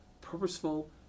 purposeful